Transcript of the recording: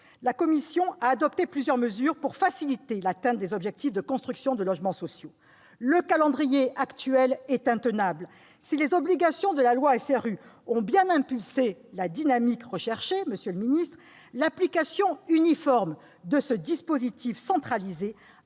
La commission a adopté plusieurs mesures pour faciliter l'atteinte des objectifs de construction de logements sociaux. Le calendrier actuel est intenable. Si les obligations de la loi SRU ont bien impulsé la dynamique recherchée, l'application uniforme de ce dispositif centralisé